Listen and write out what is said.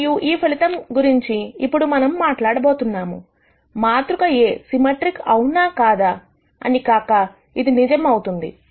మరియు ఈ ఫలితం గురించి ఇప్పుడు మనము మాట్లాడబోతున్నాముమాతృక A సిమెట్రిక్ అవునా కాదా అని కాక ఇది నిజం అవుతుంది